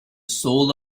soul